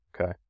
okay